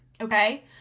Okay